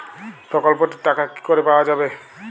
প্রকল্পটি র টাকা কি করে পাওয়া যাবে?